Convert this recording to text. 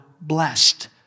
blessed